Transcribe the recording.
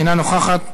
אינה נוכחת.